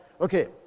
Okay